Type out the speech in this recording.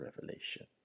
revelation